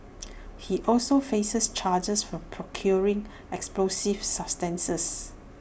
he also faces charges for procuring explosive substances